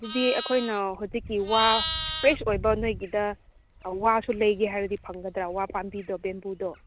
ꯑꯗꯨꯗꯤ ꯑꯩꯈꯣꯏꯅ ꯍꯧꯖꯤꯛꯀꯤ ꯋꯥ ꯐ꯭ꯔꯦꯁ ꯑꯣꯏꯕ ꯅꯣꯏꯒꯤꯗ ꯑꯥ ꯋꯥꯁꯨ ꯂꯩꯒꯦ ꯍꯥꯏꯔꯗꯤ ꯐꯪꯒꯗ꯭ꯔꯥ ꯋꯥ ꯄꯥꯝꯕꯤꯗꯣ ꯕꯦꯝꯕꯨꯗꯣ